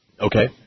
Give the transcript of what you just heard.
Okay